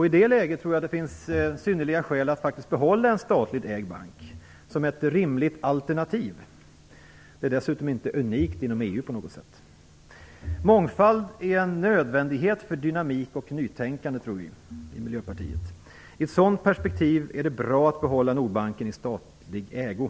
I det läget tror jag att det finns synnerliga skäl att faktiskt behålla en statligt ägd bank som ett rimligt alternativ. Det är dessutom inte unikt inom EU på något sätt. Mångfald är en nödvändighet för dynamik och nytänkande, tror vi i Miljöpartiet. I ett sådant perspektiv är det bra att behålla Nordbanken i statlig ägo.